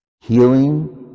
Healing